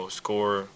score